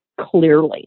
clearly